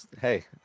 hey